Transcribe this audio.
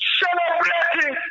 celebrating